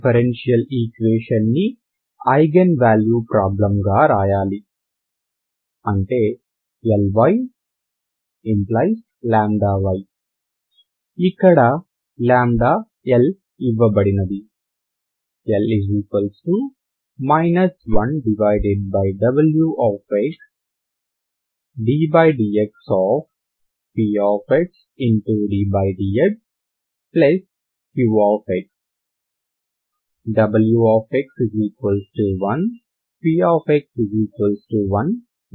differential ఈక్వేషన్న్ని eigen value problem గా వ్రాయాలి అంటే Lyλy ఇక్కడ L ఇవ్వబడినది L 1w ddx pxddxq wx1 px1 non zero తీసుకోండి